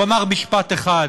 הוא אמר משפט אחד: